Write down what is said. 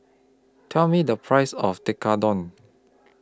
Tell Me The Price of Tekkadon